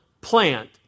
plant